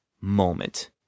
moment